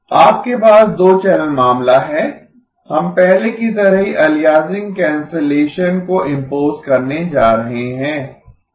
आपके पास दो चैनल मामला है हम पहले की तरह ही अलियासिंग कैंसलेशन को इम्पोस करने जा रहे हैं और